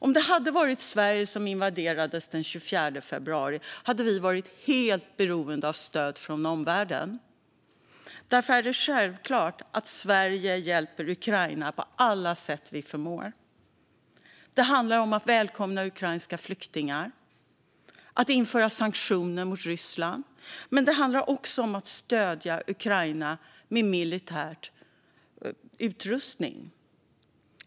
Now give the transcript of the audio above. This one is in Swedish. Om det hade varit Sverige som invaderats den 24 februari hade vi varit helt beroende av stöd från omvärlden. Därför är det självklart att Sverige hjälper Ukraina på alla sätt vi förmår. Det handlar om att välkomna ukrainska flyktingar och att införa sanktioner mot Ryssland. Men det handlar också om att stödja Ukraina med militär utrustning.